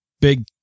big